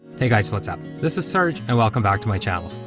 hey guys, whats up. this is serge, and welcome back to my channel.